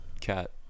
cat